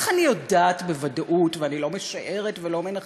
איך אני יודעת בוודאות, ואני לא משערת ולא מנחשת?